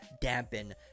dampen